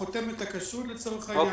חותמת הכשרות לצורך העניין,